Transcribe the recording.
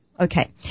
Okay